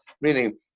meaning